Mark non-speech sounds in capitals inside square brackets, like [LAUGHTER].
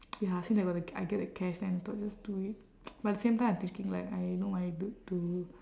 ya since I got the I get the cash then I thought just do it [NOISE] but at the same time I thinking like I no money d~ to